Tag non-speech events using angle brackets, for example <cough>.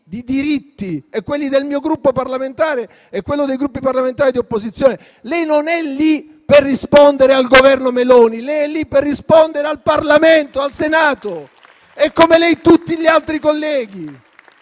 di diritti, quelli del mio Gruppo parlamentare e quelli dei Gruppi parlamentari di opposizione. Lei non è lì per rispondere al Governo Meloni. Lei è lì per rispondere al Parlamento, al Senato. <applause> E, come lei, tutti gli altri colleghi.